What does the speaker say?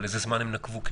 איזה זמן הם נקבו?